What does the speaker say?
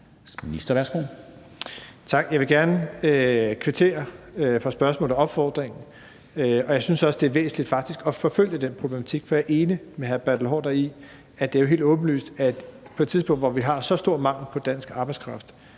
(Jeppe Bruus): Tak. Jeg vil gerne kvittere for spørgsmålet og opfordringen. Jeg synes også, det er væsentligt faktisk at forfølge den problematik, for jeg er enig med hr. Bertel Haarder i, at det er helt åbenlyst, at på et tidspunkt, hvor vi har så stor mangel på dansk arbejdskraft,